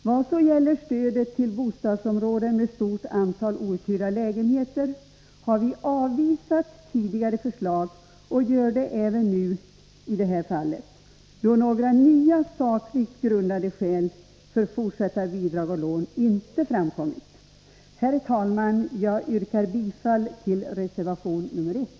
Vad så gäller stödet till bostadsområden med :' stort antal outhyrda lägenheter har vi avvisat tidigare förslag och gör det även i det här fallet, då några nya sakligt grundade skäl för fortsatta bidrag och lån inte framkommit. Herr talman! Jag yrkar bifall till reservation nr 1.